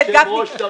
ליושב-ראש תמיד מותר.